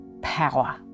power